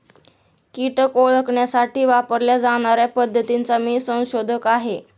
कीटक ओळखण्यासाठी वापरल्या जाणार्या पद्धतीचा मी संशोधक आहे